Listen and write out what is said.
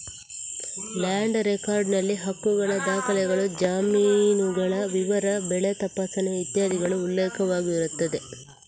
land record ನಲ್ಲಿ ಹಕ್ಕುಗಳ ದಾಖಲೆಗಳು, ಜಮೀನುಗಳ ವಿವರ, ಬೆಳೆ ತಪಾಸಣೆ ಇತ್ಯಾದಿಗಳು ಉಲ್ಲೇಖವಾಗಿರುತ್ತದೆ